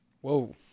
Whoa